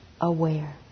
aware